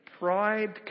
Pride